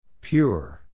Pure